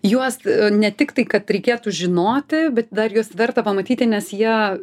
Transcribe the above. juos ne tik tai kad reikėtų žinoti bet dar juos verta pamatyti nes jie